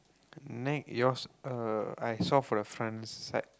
neck yours uh I saw from the front side